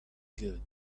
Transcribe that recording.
good